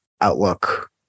outlook